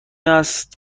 است